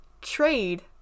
TRADE